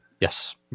Yes